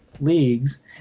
leagues